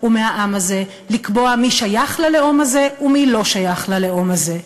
ומהעם הזה לקבוע מי שייך ללאום הזה ומי לא שייך ללאום הזה.